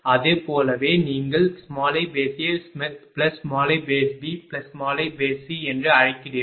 அதுபோலவே நீங்கள் iAiBiC என்று அழைக்கிறீர்கள்